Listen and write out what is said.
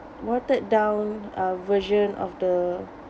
watered down uh version of the